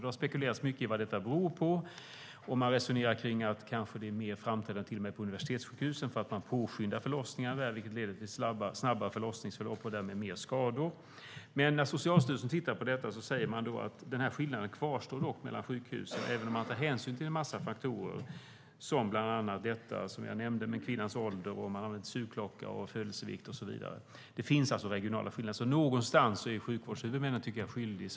Det har spekulerats mycket i vad de beror på, och man resonerar att de till och med kan vara mer framträdande på universitetssjukhusen därför att förlossningarna påskyndas, vilket leder till ett snabbare förlossningsförlopp och därmed fler skador. Men när Socialstyrelsen har tittat på frågorna säger man att skillnaderna kvarstår mellan sjukhusen även om man tar hänsyn till massa faktorer, bland annat kvinnans ålder, användande av sugklocka, födelsevikt och så vidare. Det finns alltså regionala skillnader. Någonstans är sjukvårdshuvudmännen svaret skyldiga.